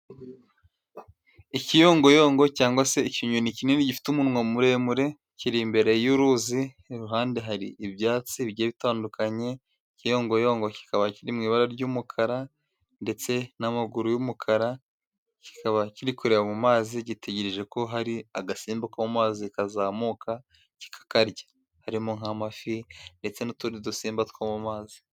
Ikiyongoyongo cyangwa se ikinyoni kinini gifite umunwa muremure kiri imbere y'uruzi iruhande hari ibyatsi bigiye bitandukanye ikiyongoyongo kikaba kiri mw'ibara ry'umukara ndetse n'amaguru y'umukara kikaba kiri kureba mu mazi gitegereje ko hari agasimba ko mu mazi kazamuka kikakarya harimo nk'amafi ndetse n'utundi dusimba two mu mazi.